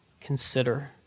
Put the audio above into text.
Consider